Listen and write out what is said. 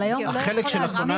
אבל היום הוא לא יכול להזניק.